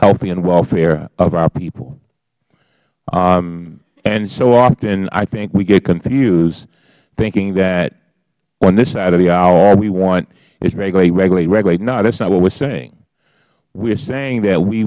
health and welfare of our people and so often i think we get confused thinking that on this side of the aisle all we want is regulate regulate regulate no that is not what we are saying we are saying that we